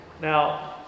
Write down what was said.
Now